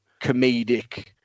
comedic